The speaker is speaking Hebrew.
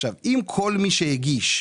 עכשיו אם כל מי שהגיש,